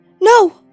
No